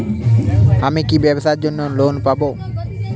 আমি কি ব্যবসার জন্য লোন পাব?